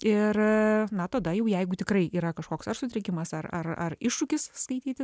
ir na tada jau jeigu tikrai yra kažkoks sutrikimas ar ar ar iššūkis skaityti